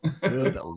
Good